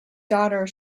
daughter